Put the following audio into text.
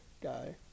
guy